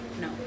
No